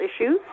issues